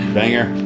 Banger